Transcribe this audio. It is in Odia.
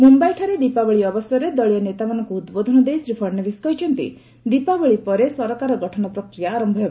ମୁମ୍ଭାଇଠାରେ ଦୀପାବଳି ଅବସରରେ ଦଳୀୟ ନେତାମାନଙ୍କୁ ଉଦ୍ବୋଧନ ଦେଇ ଶ୍ରୀ ଫଡନଭିସ୍ କହିଛନ୍ତି ଦୀପାବଳୀ ପରେ ସରକାର ଗଠନ ପ୍ରକ୍ରିୟା ଆରମ୍ଭ ହେବ